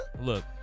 Look